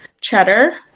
cheddar